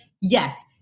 Yes